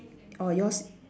oh yours